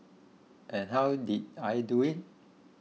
and how did I do it